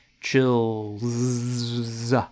Chills